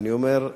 ואני אומר,